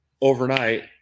overnight